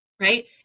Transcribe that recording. right